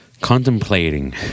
contemplating